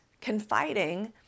confiding